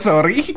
Sorry